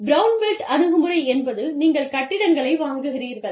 brownfield அணுகுமுறை என்பது நீங்கள் கட்டிடங்களை வாங்குகிறீர்கள்